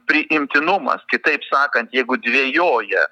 priimtinumas kitaip sakant jeigu dvejoja